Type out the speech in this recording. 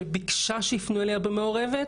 שביקשה שיפנו אליה בלשון מעורבת.